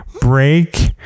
break